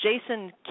Jason